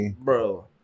bro